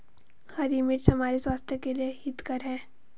हरी मिर्च हमारे स्वास्थ्य के लिए हितकर हैं